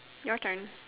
your turn